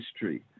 history